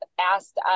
asked